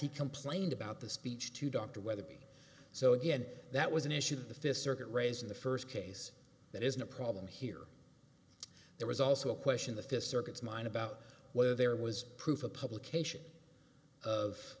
he complained about the speech to dr weatherby so again that was an issue the fifth circuit raised in the first case that isn't a problem here there was also a question the fist circuits mine about whether there was proof of publication of